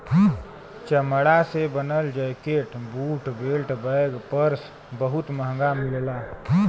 चमड़ा से बनल jacket, boot, belt, bag, purse बहुत महंग मिलला